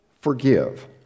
forgive